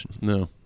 No